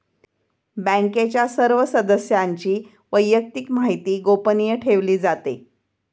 बँकेच्या सर्व सदस्यांची वैयक्तिक माहिती गोपनीय ठेवली जाते